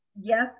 Yes